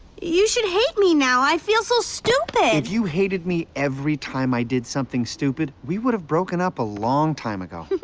you should hate me now. i feel so stupid! if you hated me every time i did something stupid, we would've broken up a long time ago.